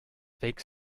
fake